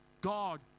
God